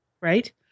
right